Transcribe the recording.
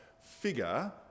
figure